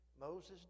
Moses